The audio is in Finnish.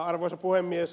arvoisa puhemies